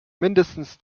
mindestens